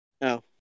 No